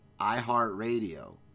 iHeartRadio